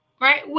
Right